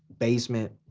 basement.